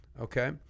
okay